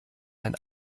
ein